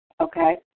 Okay